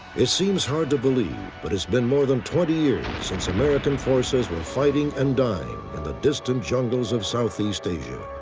it seems hard to believe but it's been more than twenty years since american forces were fighting and dying in the distant jungles of southeast asia.